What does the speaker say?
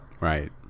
Right